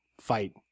fight